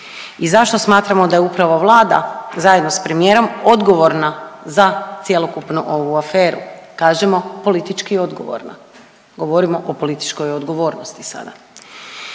i zašto smatramo da je upravo vlada zajedno s premijerom odgovorna za cjelokupnu ovu aferu, kažemo politički odgovorna, govorimo o političkoj odgovornosti sada.